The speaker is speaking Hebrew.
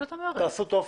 תעשו טופס.